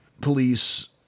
police